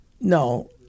No